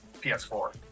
PS4